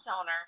owner